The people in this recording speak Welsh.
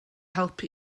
help